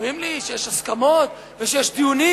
אומרים לי שיש הסכמות ויש דיונים.